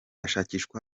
ashakishwa